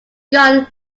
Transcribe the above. gun